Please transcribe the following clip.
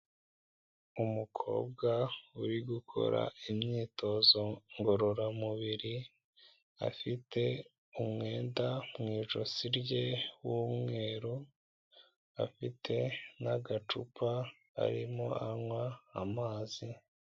Umukobwa uri gukora imyitozo ngororamubiri, afite umwenda mu ijosi rye w'umweru, afite n'agacupa arimo anywa amazi.